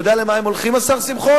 אתה יודע למה הן הולכות, השר שמחון?